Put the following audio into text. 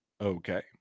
okay